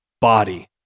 body